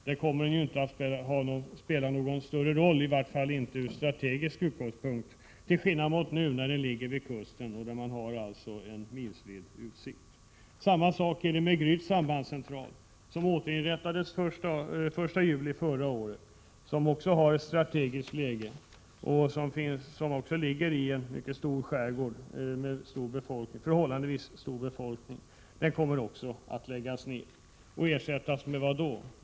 Där kommer den inte att spela någon större roll, i vart fall inte från strategisk synpunkt — till skillnad mot nu när den ligger vid kusten, med en milsvid utsikt. Detsamma är förhållandet med Gryts sambandscentral, som återinrättades den 1 juli förra året och som också har ett strategiskt läge i en mycket stor skärgård med en förhållandevis stor befolkning. Den kommer att läggas ned. För att ersättas med vad?